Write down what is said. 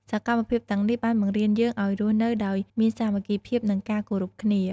សកម្មភាពទាំងនេះបានបង្រៀនយើងឱ្យរស់នៅដោយមានសាមគ្គីភាព និងការគោរពគ្នា។